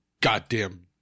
goddamn